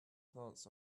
plants